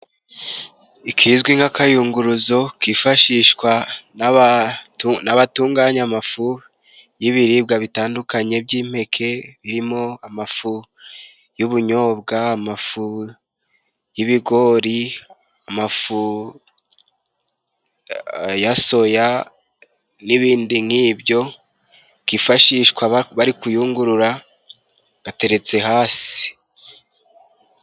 Ikizwi nk'akayunguruzo kifashishwa n'abatu, n'abatunganya amafu y'ibiribwa bitandukanye by'impeke birimo amafu y'ubunyobwa, amafu y'ibigori, amafu ya soya n'ibindi nk'ibyo. Kifashishwa ba bari kuyungurura gateretse hasi.